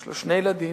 יש לו שני ילדים,